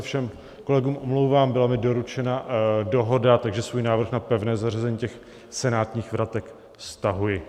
Všem kolegům se omlouvám, byla mi doručena dohoda, takže svůj návrh na pevné zařazení těch senátních vratek stahuji.